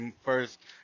first